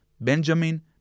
Benjamin